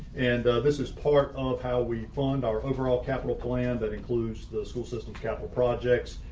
and this is part of how we fund our overall capital plan. that includes the school system capital projects,